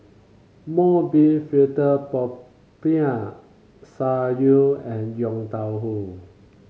Mung Bean fritter Popiah Sayur and Yong Tau Foo